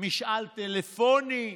משאל טלפוני,